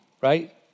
right